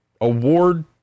award